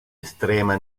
estrema